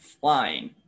flying